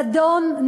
זדון,